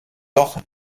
doch